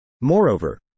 Moreover